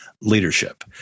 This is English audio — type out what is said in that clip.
leadership